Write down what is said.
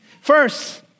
First